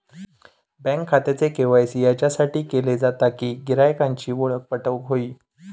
bank खात्याचे KYC याच्यासाठीच केले जाता कि गिरायकांची ओळख पटोक व्हयी